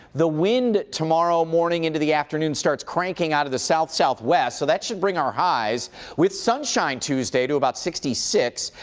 the wind tomorrow morning into the afternoon starts cranking out of the south-southwest so and should bring our highs with sunshine tuesday to about sixty six.